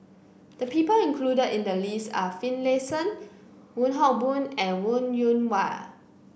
the people included in the list are Finlayson Wong Hock Boon and Wong Yoon Wah